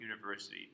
University